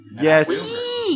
Yes